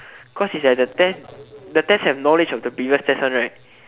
cause it's at the test the test have the knowledge of the previous test one right